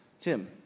Tim